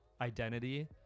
identity